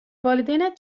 والدینت